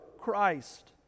Christ